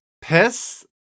piss